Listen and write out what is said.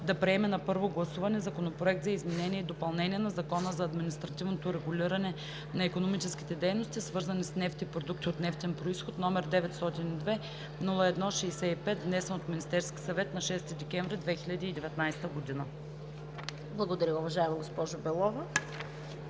да приеме на първо гласуване Законопроект за изменение и допълнение на Закона за административното регулиране на икономическите дейности, свързани с нефт и продукти от нефтен произход, № 902-01-65, внесен от Министерския съвет на 6 декември 2019 г.“ ПРЕДСЕДАТЕЛ ЦВЕТА КАРАЯНЧЕВА: Благодаря, уважаема госпожо Белова.